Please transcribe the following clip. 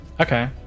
Okay